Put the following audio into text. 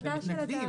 אתם מתנגדים.